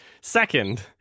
Second